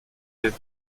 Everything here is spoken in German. den